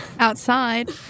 Outside